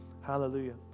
Hallelujah